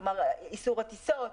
כלומר איסור הטיסות,